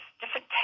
different